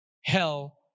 hell